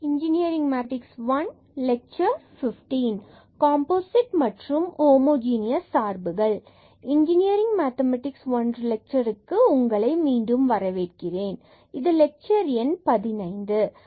engineering mathematics 1 லெக்சருக்கு உங்களை மீண்டும் வரவேற்கிறேன் மற்றும் இது லெக்சர் எண் 15 ஆகும்